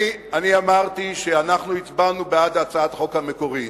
אני אמרתי שאנחנו הצבענו בעד הצעת החוק המקורית.